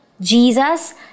Jesus